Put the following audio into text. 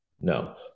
No